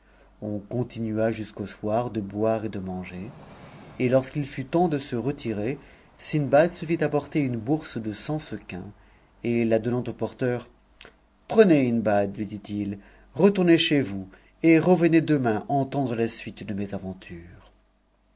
on continua jusqu'au soir de boire et de manger lorsqu'il fut temps de se retirer sindbad se fit apporter une bourse de cent sequins et la donnant au porteur a prenez hindbad lui dit-il retournez chez vous et revenez demain entendre la suite de mes